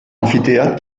amphithéâtre